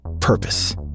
purpose